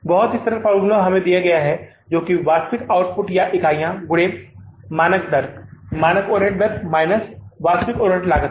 बहुत ही सरल फॉर्मूला हमें दिया गया है जो कि वास्तविक आउटपुट या इकाइयाँ गुणे मानक दर मानक ओवरहेड दर माइनस वास्तविक ओवरहेड लागत